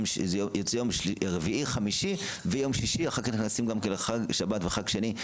זה יוצא רביעי וחמישי ויום שישי ואחר כך נכנסים לשבת וחג שני.